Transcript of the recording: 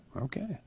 Okay